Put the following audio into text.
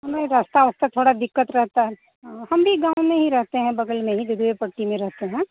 वह नहीं रस्ता ओस्ता थोड़ा दिक़्क़त रहता है हम भी गाँव में ही रहते हैं बग़ल में ही पट्टी में रहते हैं